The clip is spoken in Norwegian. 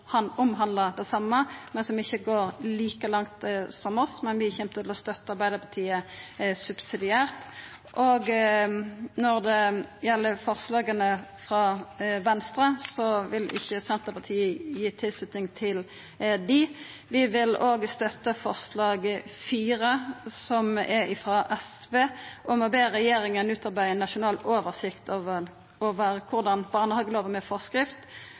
omhandlar det same, men som ikkje går like langt som vårt, men vi kjem til å støtta Arbeidarpartiet subsidiært. Når det gjeld forslaga frå Venstre, vil ikkje Senterpartiet gi tilslutning til dei. Vi vil støtta forslag nr. 4, som er frå SV, om å be regjeringa utarbeida ei nasjonal oversikt over korleis barnehagelova med forskrift,